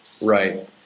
Right